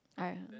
I